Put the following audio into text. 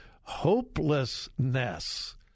hopelessness